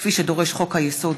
כפי שדורש חוק-יסוד: